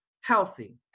healthy